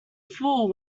fool